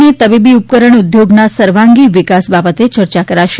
અને તબીબી ઉપકરણ ઉદ્યોગના સર્વાંગી વિકાસ બાબતે ચર્ચા કરાશે